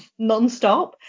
nonstop